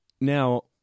now